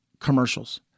commercials